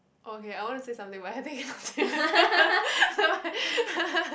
orh okay I want to say something but I thinking never mind